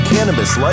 Cannabis